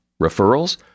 Referrals